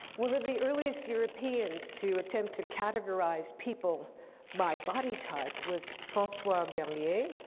one of the earliest europeans to attempt to categorize people by body type was francois bernier,